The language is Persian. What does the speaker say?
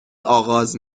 آغاز